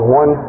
one